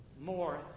more